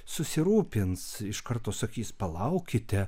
susirūpins iš karto sakys palaukite